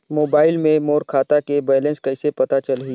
Mobile मे मोर खाता के बैलेंस कइसे पता चलही?